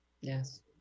Yes